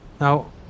now